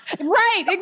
Right